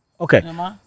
okay